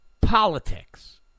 politics